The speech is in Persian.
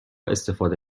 استفاده